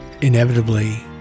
inevitably